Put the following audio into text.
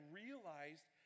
realized